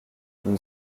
une